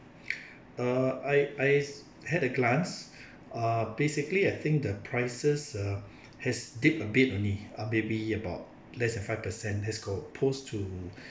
err I I had a glance uh basically I think the prices uh has dipped a bit only uh maybe about less than five percent as go opposed to